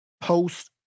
post